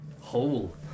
hole